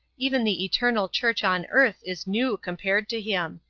even the eternal church on earth is new compared to him.